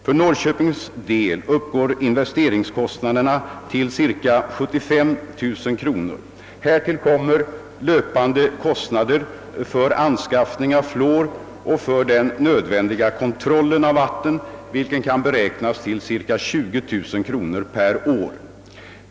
För Norrköpings del uppgår investeringskostnaden till ca 75 000 kr. Härtill kommer löpande kostnader för anskaffning av fluor och för den nödvändiga kontrollen av vattnet, vilka har beräknats till ca 20000 kr. per år.